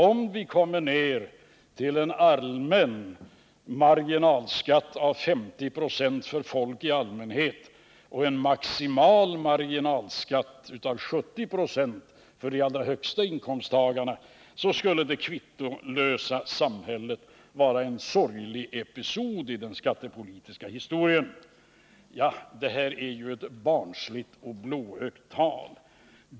Om vi kommer ner till en marginalskatt av 50 96 för folk i allmänhet och en maximal marginalskatt av 70 90 för de allra högsta inkomsttagarna, så skulle det kvittolösa samhället vara en sorglig episod i den skattepolitiska historien. Ja, detta är ju ett barnsligt och blåögt tal.